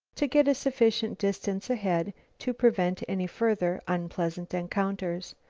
to get a sufficient distance ahead to prevent any further unpleasant encounters.